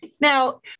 Now